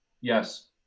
Yes